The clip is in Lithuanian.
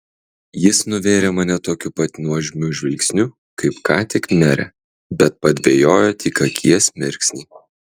jis nuvėrė mane tokiu pat nuožmiu žvilgsniu kaip ką tik merę bet padvejojo tik akies mirksnį